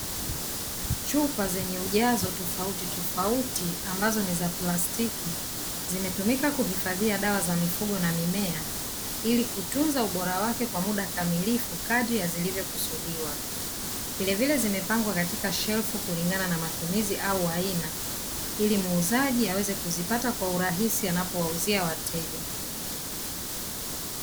Chupa zenye ujazo tofautitofauti ambazo ni za plastiki, zimetumika kuhifadhia dawa za mifugo na mimea ili kutunza ubora wake kwa muda kamilifu kadri ya zilivyokusudiwa, vilevile zimepangwa katika shelfu kulingana na matumizi au aina, ili muuzaji aweze kuzipata kwa urahisi anapowauzia wateja.